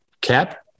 cap